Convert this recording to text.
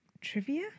trivia